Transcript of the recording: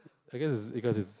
I guess I guess is